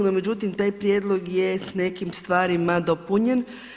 No međutim taj prijedlog je s nekim stvarima dopunjen.